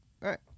Right